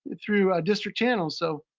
through district channels. so